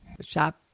shop